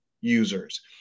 users